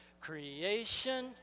Creation